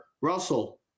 Russell